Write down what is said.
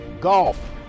golf